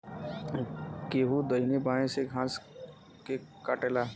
केहू दहिने बाए से घास के काटेला